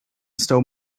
stole